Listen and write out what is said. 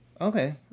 Okay